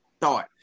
thought